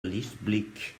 lichtblick